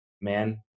man